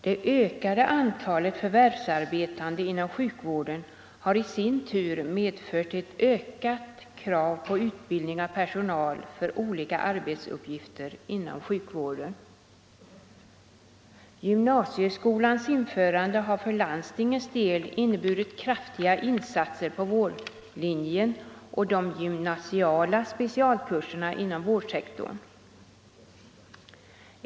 Det ökade antalet förvärvsarbetande inom sjukvården har i sin tur medfört ett ökat krav på utbildning av personal för olika arbetsuppgifter på området. Gymnasieskolans införande har för landstingens del inneburit kraftiga insatser på vårdlinjen och de gymnasiala specialkurserna inom vårdsektorn.